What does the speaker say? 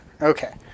Okay